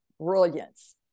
brilliance